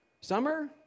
Summer